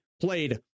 played